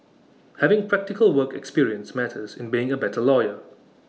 having practical work experience matters in being A better lawyer